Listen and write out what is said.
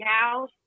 house